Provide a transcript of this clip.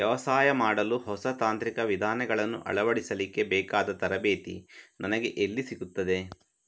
ವ್ಯವಸಾಯ ಮಾಡಲು ಹೊಸ ತಾಂತ್ರಿಕ ವಿಧಾನಗಳನ್ನು ಅಳವಡಿಸಲಿಕ್ಕೆ ಬೇಕಾದ ತರಬೇತಿ ನನಗೆ ಎಲ್ಲಿ ಸಿಗುತ್ತದೆ?